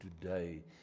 today